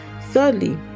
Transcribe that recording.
thirdly